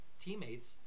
teammates